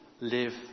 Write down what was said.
live